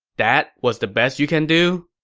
that was the best you can do?